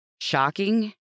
Shocking